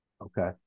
Okay